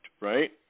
right